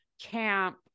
camp